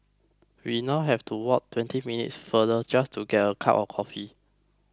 we now have to walk twenty minutes farther just to get a cup of coffee